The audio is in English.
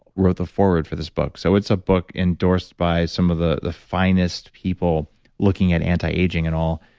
wrote the foreword for this book so, it's a book endorsed by some of the the finest people looking at anti-aging and all.